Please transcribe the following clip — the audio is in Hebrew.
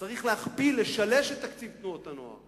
צריך להכפיל, לשלש את תקציב תנועות הנוער.